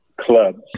clubs